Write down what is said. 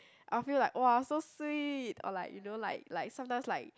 I will feel like !wah! so sweet or like you know like like sometimes like